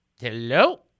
Hello